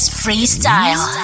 freestyle